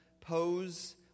pose